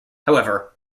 however